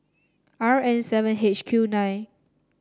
R N seven H Q nine